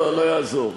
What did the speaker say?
לא, לא יעזור.